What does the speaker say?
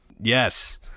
Yes